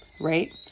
right